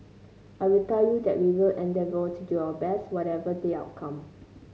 I will tell you that we will endeavour to do our best whatever the outcome